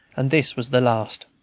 and this was the last.